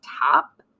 top